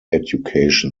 education